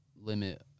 limit